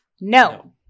No